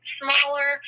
smaller